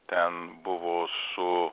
ten buvo su